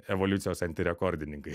evoliucijos antirekordininkai